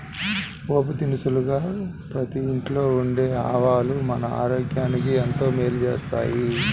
పోపు దినుసుగా ప్రతి ఇంట్లో ఉండే ఆవాలు మన ఆరోగ్యానికి ఎంతో మేలు చేస్తాయి